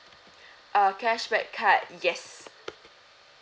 uh cashback card yes